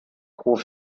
groß